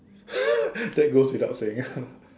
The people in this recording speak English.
that goes without saying